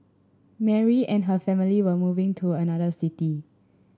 Mary and her family were moving to another city